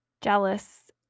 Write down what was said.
jealous